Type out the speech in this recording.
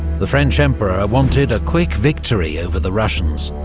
the french emperor wanted a quick victory over the russians,